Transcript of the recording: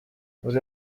buri